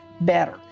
better